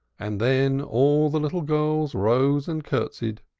and then all the little girls rose and curtseyed,